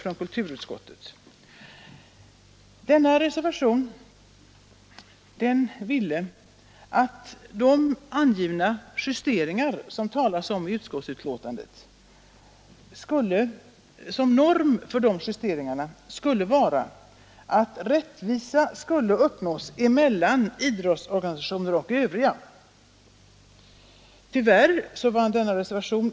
Reservationen gick ut på att en norm för de angivna justeringar som det talas om i betänkandet skulle vara att rättvisa uppnås mellan idrottsorganisationer och övriga organisationer. Tyvärr bifölls inte denna reservation.